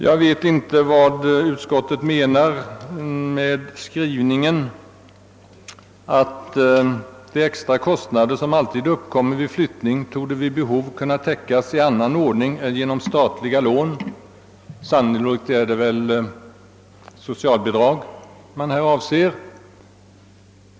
Jag vet inte vad utskottet menar med skrivningen: »De extra kostnader som alltid uppkommer vid flyttning torde vid behov kunna täckas i annan ordning än genom statliga lån.» Sannolikt avser utskottet härmed socialbidrag.